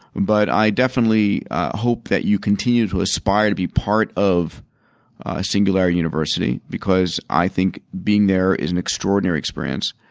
but, i definitely hope you that you continue to aspire to be part of singularity university because i think being there is an extraordinary experience.